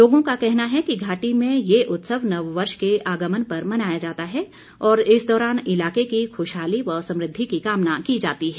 लोगों का कहना है कि घाटी में ये उत्सव नव वर्ष के आगमन पर मनाया जाता है और इस दौरान इलाके की खुशहाली व समृद्धि की कामना की जाती है